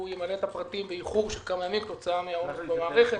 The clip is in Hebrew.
ימלא את הפרטים באיחור של כמה ימים כתוצאה מעומס במערכת.